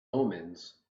omens